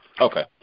Okay